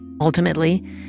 Ultimately